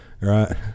right